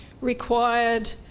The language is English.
required